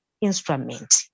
instrument